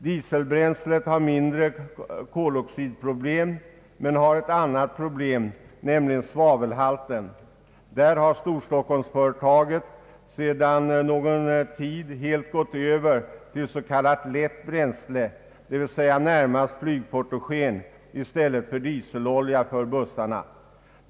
Dieselbränslet orsakar mindre koloxidproblem men har ett annat, nämligen svavelhalten. Storstockholmsföretaget har sedan någon tid helt gått över till s.k. lätt bränsle, d.v.s. närmast flygfotogen i stället för dieselolja, för bussarna.